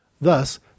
Thus